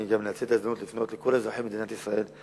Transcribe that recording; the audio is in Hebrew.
אני גם מנצל את ההזדמנות לפנות לכל אזרחי מדינת ישראל: